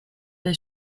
des